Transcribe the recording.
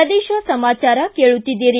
ಪ್ರದೇಶ ಸಮಾಚಾರ ಕೇಳುತ್ತೀದ್ದೀರಿ